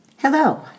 Hello